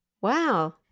Wow